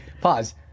pause